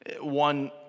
One